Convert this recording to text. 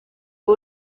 fue